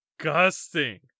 disgusting